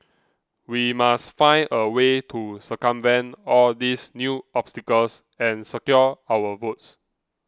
we must find a way to circumvent all these new obstacles and secure our votes